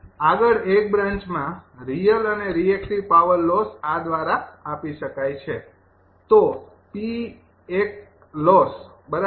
આગળ એક બ્રાન્ચમાં રિયલ અને રિએક્ટિવ પાવર લોસ આ દ્વારા આપી શકાય છે બરાબર